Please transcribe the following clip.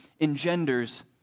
engenders